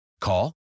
Call